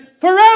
forever